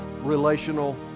relational